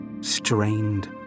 strained